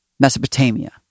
Mesopotamia